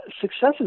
successes